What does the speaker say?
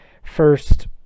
First